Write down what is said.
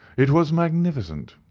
it was magnificent,